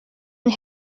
and